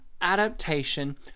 adaptation